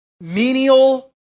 Menial